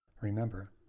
Remember